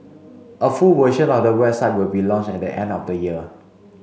a full version of the website will be launched at the end of the year